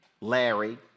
Larry